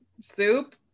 soup